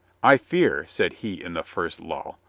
i fear, said he in the first lull,